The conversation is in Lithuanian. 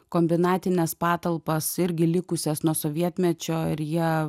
kombinatines patalpas irgi likusias nuo sovietmečio ir jie